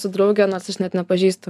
su drauge nors aš net nepažįstu